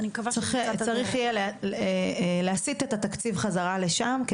צריך יהיה להסיט את התקציב חזרה לשם,